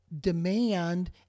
demand